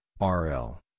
RL